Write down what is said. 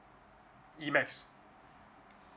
E maths